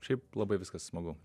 šiaip labai viskas smagu